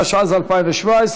התשע"ז 2017,